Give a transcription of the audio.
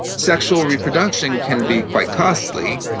sexual reproduction can be quite costly.